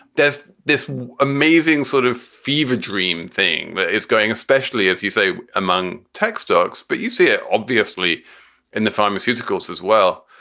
there's this amazing sort of fever dream thing that is going especially, as you say, among tech stocks, but you see it obviously in the pharmaceuticals as well.